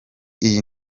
iyi